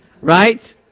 right